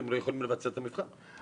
הם לא יכולים לבצע את המבחן.